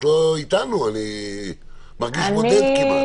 את לא איתנו, אני מרגיש בודד כמעט.